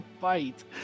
fight